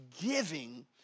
giving